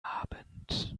abend